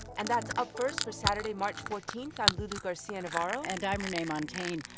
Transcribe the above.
and that's up first for saturday, march fourteen. i'm lulu garcia-navarro and i'm renee montagne.